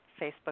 Facebook